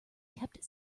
kept